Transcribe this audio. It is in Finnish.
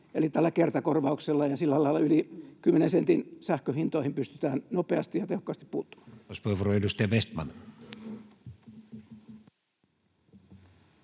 eli tällä kertakorvauksella, ja sillä lailla yli kymmenen sentin sähkönhintoihin pystytään nopeasti ja tehokkaasti puuttumaan.